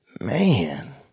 Man